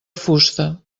fusta